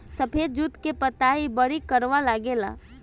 सफेद जुट के पतई बड़ी करवा लागेला